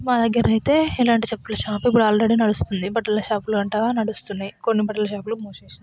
మా దగ్గర అయితే ఇలాంటి చెప్పుల షాపు ఇప్పుడు ఆల్రెడీ నడుస్తుంది బట్టల షాపులు అంటారా నడుస్తున్నాయి కొన్ని బట్టల షాపులు మూసేసారు